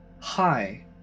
Hi